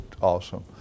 awesome